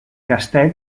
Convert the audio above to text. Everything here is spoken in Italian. castel